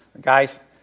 Guys